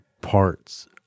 parts